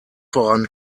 voran